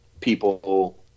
people